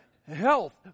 health